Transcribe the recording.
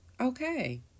okay